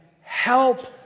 Help